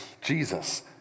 Jesus